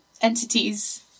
entities